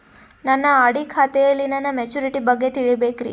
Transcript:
ನನ್ನ ಆರ್.ಡಿ ಖಾತೆಯಲ್ಲಿ ನನ್ನ ಮೆಚುರಿಟಿ ಬಗ್ಗೆ ತಿಳಿಬೇಕ್ರಿ